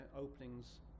openings